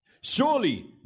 Surely